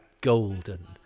golden